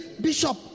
bishop